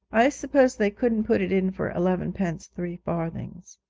i suppose they couldn't put it in for elevenpence three farthings